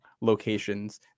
locations